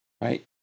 right